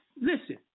Listen